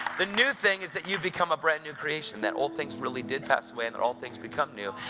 the new thing is that you become a brand-new creation. that old things really did pass away, and that all things become new.